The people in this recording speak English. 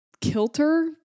kilter